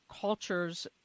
cultures